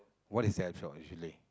what is health shop usually